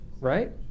right